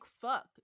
fuck